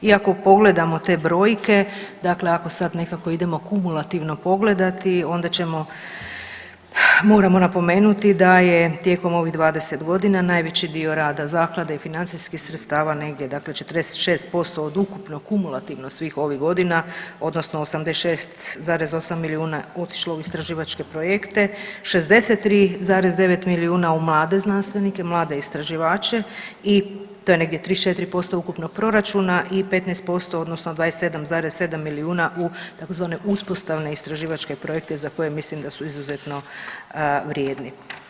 I ako pogledamo te brojke, dakle ako sad nekako idemo kumulativno pogledati onda ćemo, moramo napomenuti da je tijekom ovih 20 godina najveći dio rada zaklada i financijskih sredstava negdje dakle 46% od ukupno kumulativno svih ovih godina odnosno 86,8 milijuna otišlo u istraživačke projekte, 63,9 milijuna u mlade znanstvenike, mlade istraživače i to je negdje 34% ukupnog proračuna i 15% odnosno 27,7 milijuna u tzv. uspostavne istraživačke projekte za koje mislim da su izuzetno vrijedni.